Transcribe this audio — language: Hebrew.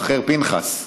שם, שם אחר, פנחס.